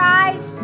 eyes